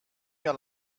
mir